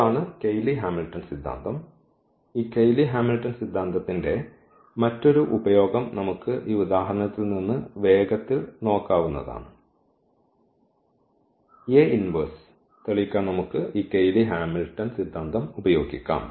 അതാണ് Cayley Hamilton സിദ്ധാന്തം ഈ കെയ്ലി ഹാമിൽട്ടൺ സിദ്ധാന്തത്തിന്റെ മറ്റൊരു ഉപയോഗം നമുക്ക് ഈ ഉദാഹരണത്തിൽ നിന്ന് വേഗത്തിൽ നോക്കാവുന്നതാണ് തെളിയിക്കാൻ നമുക്ക് ഈ കെയ്ലി ഹാമിൽട്ടൺ സിദ്ധാന്തം ഉപയോഗിക്കാം